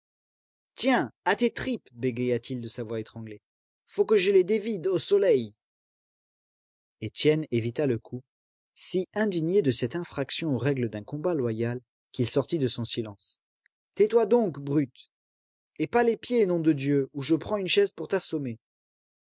tiens à tes tripes bégaya-t-il de sa voix étranglée faut que je les dévide au soleil étienne évita le coup si indigné de cette infraction aux règles d'un combat loyal qu'il sortit de son silence tais-toi donc brute et pas les pieds nom de dieu ou je prends une chaise pour t'assommer